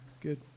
good